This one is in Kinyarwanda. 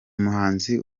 muhanzi